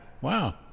Wow